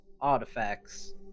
artifacts